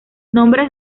nombres